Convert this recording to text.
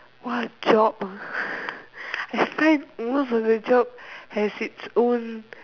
what job ah explain most of the job has its own